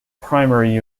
primary